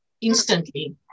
instantly